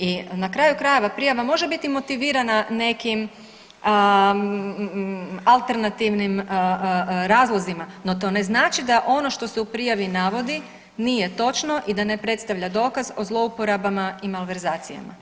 I na kraju krajeva prijava može biti motivirana nekim alternativnim razlozima, no to ne znači da ono što se u prijavi navodi nije točno i da ne predstavlja dokaz o zlouporabama i malverzacijama.